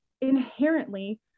inherently